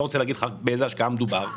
זה ייקח זמן.